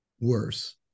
worse